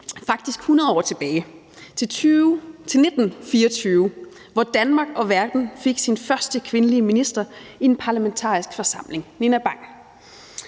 faktisk 100 år tilbage til 1924, hvor Danmark og verden fik sin første kvindelige minister i en parlamentarisk forsamling, Nina Bang.